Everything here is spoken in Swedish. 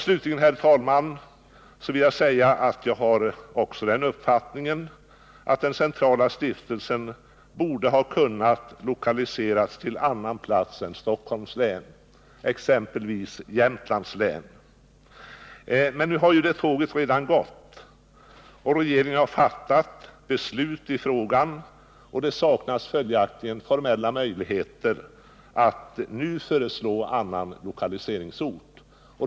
Slutligen, herr talman, vill jag säga att jag har också den uppfattningen att den centrala stiftelsen borde ha kunnat lokaliseras till annan plats än Stockholms län, exempelvis till Jämtlands län. Men nu har ju det tåget redan gått, och regeringen har fattat beslut i frågan. Det saknas följaktligen formella möjligheter att nu föreslå annan lokaliseringsort.